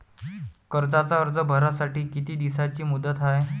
कर्जाचा अर्ज भरासाठी किती दिसाची मुदत हाय?